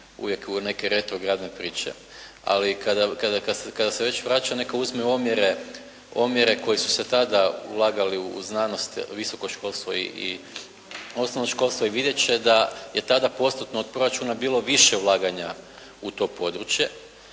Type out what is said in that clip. uvijek u neke retrogradne priče, ali kada se već vraća neka uzme omjere koji su se tada ulagali u znanost, visoko školstvo i osnovno školstvo i vidjet će tada da je tada postotno od proračuna bilo više ulaganja u to područje